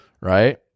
Right